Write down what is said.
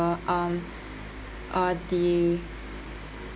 uh um uh the